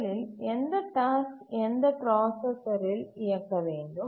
முதலில் எந்த டாஸ்க் எந்த பிராசசரில் இயக்க வேண்டும்